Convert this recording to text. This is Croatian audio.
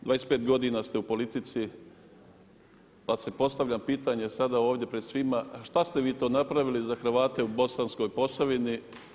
25 godina ste u politici pa se postavlja pitanje sada ovdje pred svima, a šta ste vi to napravili za Hrvate u Bosanskoj Posavini?